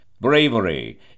Bravery